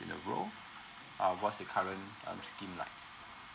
in a row uh what's the current um scheme like